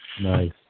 Nice